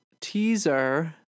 teaser